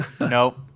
Nope